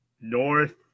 North